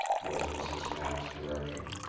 was mrs. knapp's direction.